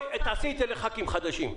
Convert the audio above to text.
תעשי את זה לחברי כנסת חדשים.